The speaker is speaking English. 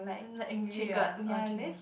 then let angry uh orh tri~